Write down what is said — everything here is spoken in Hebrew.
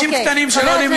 זה היה במקום.